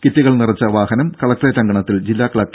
കിറ്റുകൾ നിറച്ച വാഹനം കലക്ട്രേറ്റ് അങ്കണത്തിൽ ജില്ലാ കലക്ടർ ബി